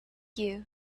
you